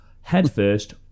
headfirst